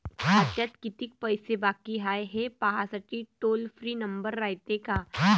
खात्यात कितीक पैसे बाकी हाय, हे पाहासाठी टोल फ्री नंबर रायते का?